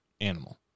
Animal